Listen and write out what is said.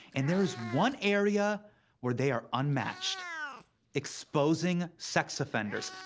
and there is one area where they are unmatched exposing sex offenders.